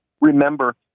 remember